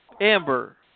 Amber